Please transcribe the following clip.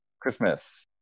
Christmas